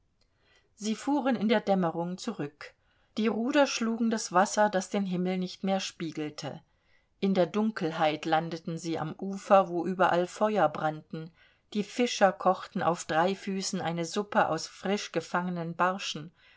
sie fuhren in der dämmerung zurück die ruder schlugen das wasser das den himmel nicht mehr spiegelte in der dunkelheit landeten sie am ufer wo überall feuer brannten die fischer kochten auf dreifüßen eine suppe aus frischgefangenen barschen